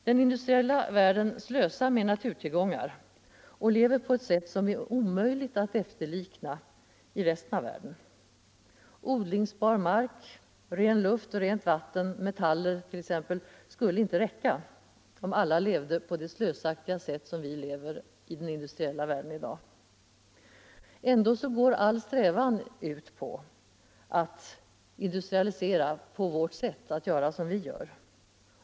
Den industriella världen slösar med naturtillgångar och lever på ett sätt som är omöjligt att efterlikna i resten av världen. Odlingsbar mark, ren luft, rent vatten och metaller skulle inte räcka om alla levde på samma slösaktiga sätt som vi i den industriella världen i dag. Ändå går all strävan ut på att industrialisera på vårt sätt, att göra som vi gör.